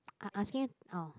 I asking orh